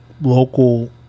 local